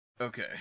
Okay